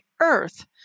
earth